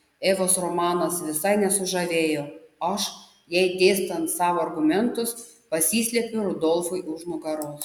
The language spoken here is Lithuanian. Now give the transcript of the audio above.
evos romanas visai nesužavėjo aš jai dėstant savo argumentus pasislėpiau rudolfui už nugaros